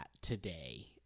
today